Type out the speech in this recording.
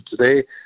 today